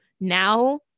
now